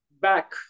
back